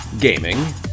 gaming